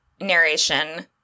narration